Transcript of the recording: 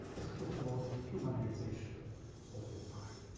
is first of all, the humanization of the divine.